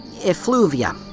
effluvia